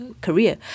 Career